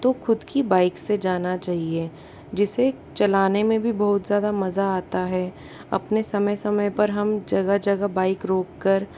तो ख़ुद की बाइक से जाना चाहिए जिसे चलाने में भी बहुत ज़्यादा मज़ा आता है अपने समय समय पर हम जगह जगह बाइक रोक कर